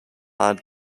are